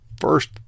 first